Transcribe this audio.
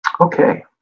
Okay